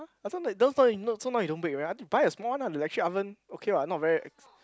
I thought that one now so now it don't bake already buy a small one lah the electric oven okay what not very ex